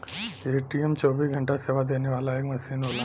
ATM चौबीस घंटा सेवा देवे वाला एक मसीन होला